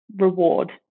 reward